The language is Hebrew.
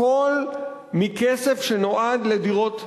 הכול מכסף שנועד לדירות ציבוריות.